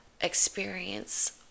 experience